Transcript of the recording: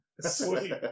Sweet